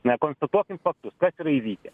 nekomspituokim faktus kas yra įvykę